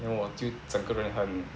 then 我就整个人很